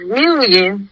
million